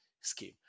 scheme